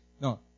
no